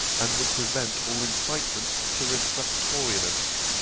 and would prevent all incitements to refractoriness.